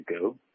go